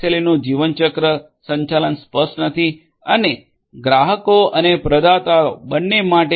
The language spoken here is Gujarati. નું જીવનચક્ર સંચાલન સ્પષ્ટ નથી અને ગ્રાહકો અને પ્રદાતાઓ બંને માટે એસ